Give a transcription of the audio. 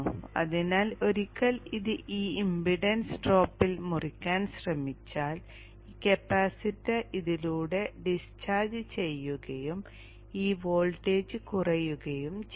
അതിനാൽ ഒരിക്കൽ ഇത് ഈ ഇംപെഡൻസ് ഡ്രോപ്പിൽ മുറിക്കാൻ ശ്രമിച്ചാൽ ഈ കപ്പാസിറ്റർ ഇതിലൂടെ ഡിസ്ചാർജ് ചെയ്യുകയും ഈ വോൾട്ടേജ് കുറയുകയും ചെയ്യും